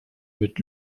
mit